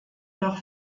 doch